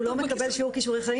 והוא לא מקבל שיעור כישורי חיים?